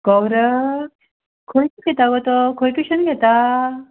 गौरक्ष खंय घेता गो तो खंय टुशन घेता